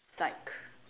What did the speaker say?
psych